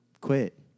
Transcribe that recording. quit